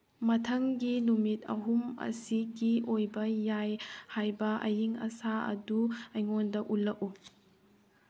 ꯃꯊꯪꯒꯤ ꯅꯨꯃꯤꯠ ꯑꯍꯨꯝ ꯑꯁꯤꯒꯤ ꯑꯣꯏꯕ ꯌꯥꯏ ꯍꯥꯏꯕ ꯑꯏꯪ ꯑꯁꯥ ꯑꯗꯨ ꯑꯩꯉꯣꯟꯗ ꯎꯠꯂꯛꯎ